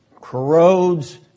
corrodes